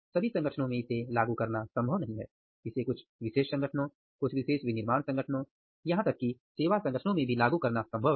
सभी संगठनों में इसे लागू करना संभव नहीं है इसे कुछ विशेष संगठनों कुछ विशेष विनिर्माण संगठनों यहां तक की सेवा संगठनों में भी लागू करना संभव है